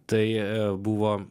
tai buvo